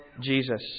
Jesus